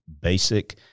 Basic